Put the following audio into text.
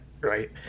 right